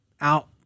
out